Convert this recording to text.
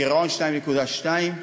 הגירעון 2.2,